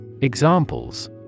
Examples